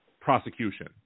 prosecution